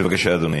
בבקשה, אדוני.